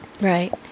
Right